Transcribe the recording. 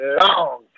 Long